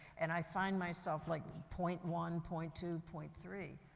and i find myself like point one, point two, point three,